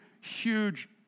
huge